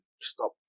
stop